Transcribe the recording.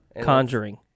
Conjuring